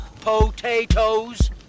Potatoes